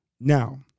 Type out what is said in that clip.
Now